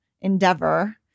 endeavor